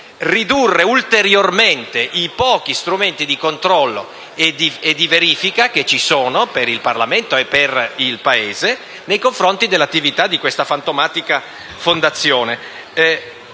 ridurre ulteriormente i pochi strumenti di controllo e di verifica per il Parlamento e per il Paese nei confronti dell'attività di questa fantomatica fondazione.